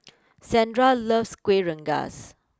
Sandra loves Kuih Rengas